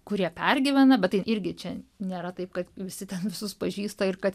kurie pergyvena bet tai irgi čia nėra taip kad visi ten visus pažįsta ir kad